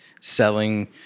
selling